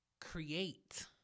create